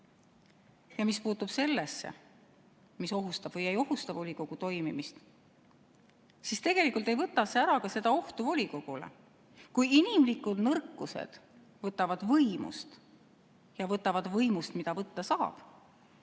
Mis puutub sellesse, mis ohustab või ei ohusta volikogu toimimist, siis tegelikult ei võta see ära ka seda ohtu volikogule. Kui inimlikud nõrkused võtavad võimust ja võtavad võimust, mida võtta saab,